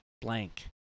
blank